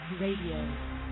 Radio